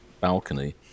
balcony